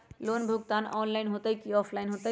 Loan भुगतान online होतई कि ऑफलाइन होतई?